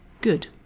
good